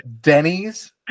denny's